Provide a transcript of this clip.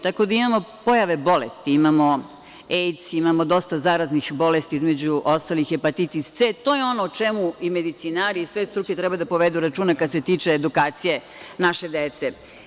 Tako da imamo pojave bolesti, imamo AIDS, imamo dosta zaraznih bolesti, između ostalih hepatitis C. To je ono o čemu medicinari i sve struke treba da povedu računa kad se tiče edukacije naše dece.